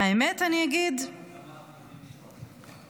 אני אגיד את האמת,